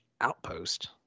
Outpost